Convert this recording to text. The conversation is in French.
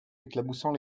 éclaboussant